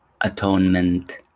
atonement